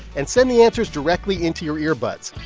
and send the answers directly into your earbuds.